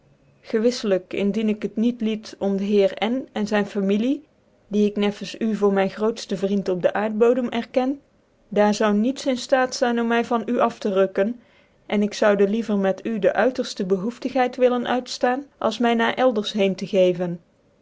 gewiitclijk indien ik het niet liet om de heer n en zyn familie die ik neffens u voor myn grootfte vriend op den aardbodem erken daar zou niets in ftaat zyn om my van u af te rukken en ik zoude liever met u dc uiterfte bchoeftigheit willen uitftaan als my na elders heen te begeven